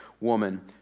woman